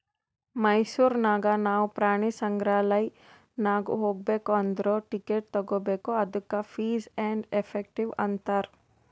ಮೈಸೂರ್ ನಾಗ್ ನಾವು ಪ್ರಾಣಿ ಸಂಗ್ರಾಲಯ್ ನಾಗ್ ಹೋಗ್ಬೇಕ್ ಅಂದುರ್ ಟಿಕೆಟ್ ತಗೋಬೇಕ್ ಅದ್ದುಕ ಫೀಸ್ ಆ್ಯಂಡ್ ಎಫೆಕ್ಟಿವ್ ಅಂತಾರ್